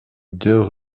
deux